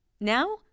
Now